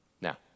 Now